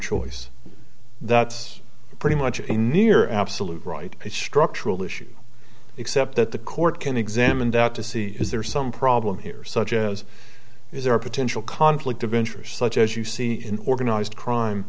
choice that's pretty much a near absolute right structural issue except that the court can examine doubt to see is there some problem here such as is there a potential conflict of interest such as you see in organized crime